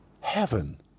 Heaven